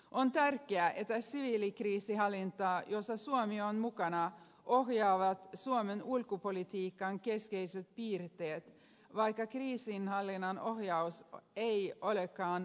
on tärkeää että siviilikriisinhallintaa jossa suomi on mukana ohjaavat suomen ulkopolitiikan keskeiset piirteet vaikka kriisinhallinnan ohjaus ei olekaan ulkoministeriössä